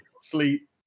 sleep